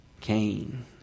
Cain